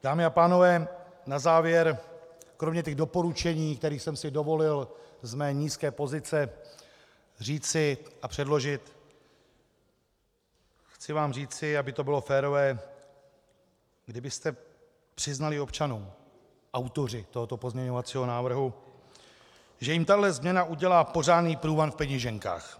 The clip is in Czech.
Dámy a pánové, na závěr kromě těch doporučení, která jsem si dovolil ze své nízké pozice říci a předložit, vám chci říci, aby to bylo férové: Kdybyste přiznali občanům, autoři tohoto pozměňovacího návrhu, že jim tahle změna udělá pořádný průvan v peněženkách.